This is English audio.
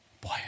Boy